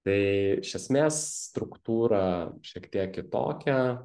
tai iš esmės struktūra šiek tiek kitokia